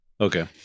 Okay